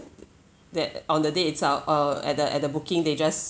that on the day itself uh at the at the booking they just